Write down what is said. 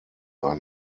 ein